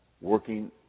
working